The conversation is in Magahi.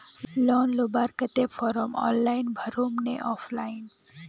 लोन लुबार केते फारम ऑनलाइन भरुम ने ऑफलाइन?